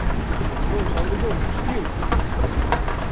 hello السلام علیکُم شکیٖل ٹھیٖک